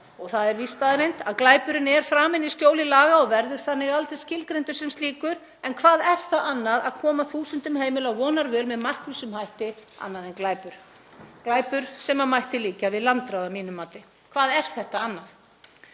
og það er víst staðreynd að glæpurinn er framinn í skjóli laga og verður þannig aldrei skilgreindur sem slíkur, en hvað er það að koma þúsundum heimila á vonarvöl með markvissum hætti annað en glæpur; glæpur sem að mínu mati mætti líkja við landráð? Hvað er þetta annað?